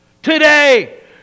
Today